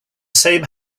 same